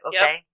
Okay